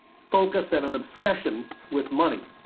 focus and an obsession with money.